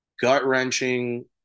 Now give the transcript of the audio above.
gut-wrenching